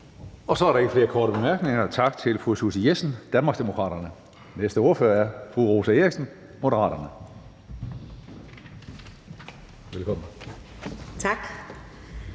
Så er der ikke flere korte bemærkninger. Tak til fru Susie Jessen, Danmarksdemokraterne. Næste ordfører er fru Rosa Eriksen, Moderaterne. Velkommen. Kl.